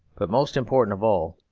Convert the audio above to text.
but, most important of all,